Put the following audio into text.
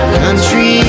country